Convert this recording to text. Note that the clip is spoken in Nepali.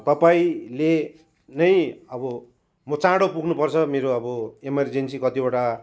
तपाईँले नै अब म चाँडो पुग्नुपर्छ मेरो अब एमरजेन्सी कतिवटा